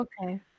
okay